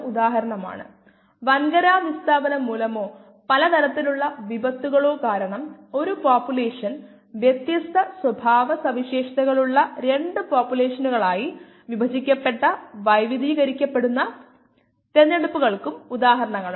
നമുക്കറിയാം ഇത് ഒരൊറ്റ കോശങ്ങളുടെ സസ്പെൻഷനാണ് നമ്മൾ ഇത് നേരത്തെ ചർച്ചചെയ്തു